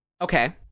Okay